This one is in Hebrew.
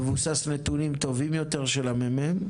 מבוסס על נתונים טובים יותר של המ"מ,